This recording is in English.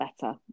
better